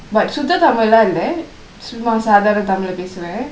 but சுத்த:sutha tamil இல்ல சும்மா சாதரன:illa summa saadharna tamil பேசுவேன்:pesuven